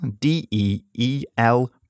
D-E-E-L